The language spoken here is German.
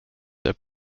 der